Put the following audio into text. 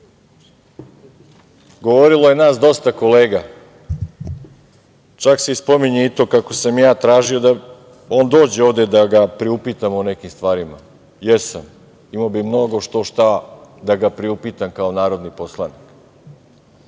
Govorilo je nas dosta kolega, čak se i spominje i to kako sam ja tražio da on dođe ovde da ga priupitamo o nekim stvarima. Jesam. Imao bih mnogo štošta da ga priupitam kao narodni poslanik.